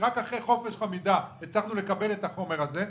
שרק אחרי חוק חופש המידע הצלחנו לקבל את החומר הזה,